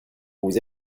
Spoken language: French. vous